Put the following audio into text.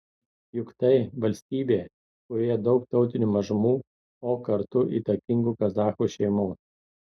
juk tai valstybė kurioje daug tautinių mažumų o kartu įtakingų kazachų šeimų